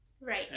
Right